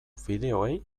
fideoei